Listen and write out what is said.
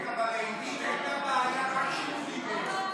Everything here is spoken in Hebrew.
כן, אבל לעידית הייתה בעיה רק כשהוא דיבר.